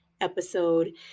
episode